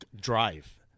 Drive